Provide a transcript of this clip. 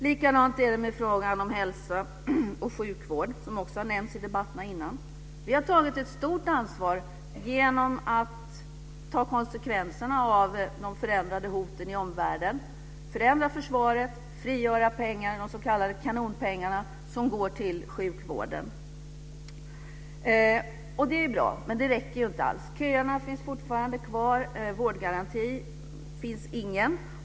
Samma sak gäller frågan om hälsa och sjukvård, som också har nämnts tidigare i debatten. Vi har tagit ett stort ansvar genom att ta konsekvenserna av de förändrade hoten i omvärlden - förändra försvaret och frigöra pengar, de s.k. kanonpengarna, som går till sjukvården. Det är bra, men det räcker inte alls. Köerna finns fortfarande kvar. Det finns ingen vårdgaranti.